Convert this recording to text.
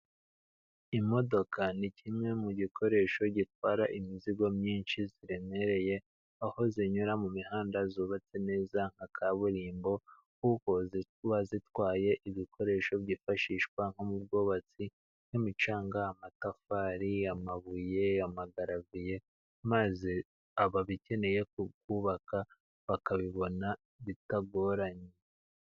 Imodoka ni kimwe mu gikoresho gitwara imizigo myinshi iremereye, aho zinyura mu mihanda yubatse neza nka kaburimbo kuko zituba zitwaye ibikoresho byifashishwa nko mu bwubatsi nk' imicanga, amatafari, amabuye, amagaraviye, maze ababikeneye kububaka bakabibona bitagoranye.